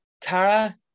Tara